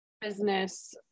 business